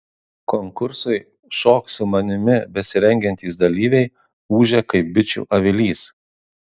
konkursui šok su manimi besirengiantys dalyviai ūžia kaip bičių avilys